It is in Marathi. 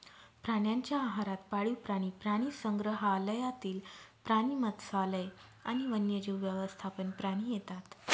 प्राण्यांच्या आहारात पाळीव प्राणी, प्राणीसंग्रहालयातील प्राणी, मत्स्यालय आणि वन्यजीव व्यवस्थापन प्राणी येतात